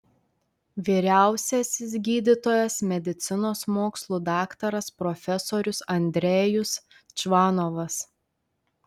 vyriausiasis gydytojas medicinos mokslų daktaras profesorius andrejus čvanovas